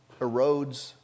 erodes